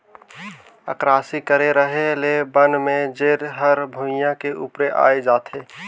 अकरासी करे रहें ले बन में जेर हर भुइयां के उपरे आय जाथे